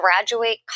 graduate